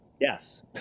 yes